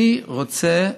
אני רוצה,